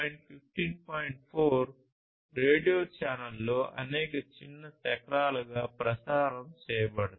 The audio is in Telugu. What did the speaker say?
4 రేడియో ఛానెల్లో అనేక చిన్న శకలాలుగా ప్రసారం చేయబడతాయి